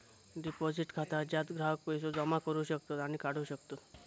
deposit खाता ज्यात ग्राहक पैसो जमा करू शकतत आणि काढू शकतत